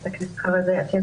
חה"כ אתי עטייה,